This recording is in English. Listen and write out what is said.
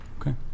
Okay